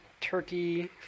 Turkey